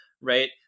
right